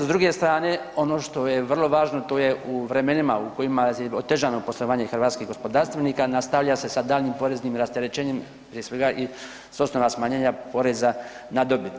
S druge strane ono što je vrlo važno to je u vremenima u kojim je otežano poslovanje hrvatskih gospodarstvenika nastavlja se sa daljnjim poreznim rasterećenjem, prije svega i s osnova smanjenja poreza na dobit.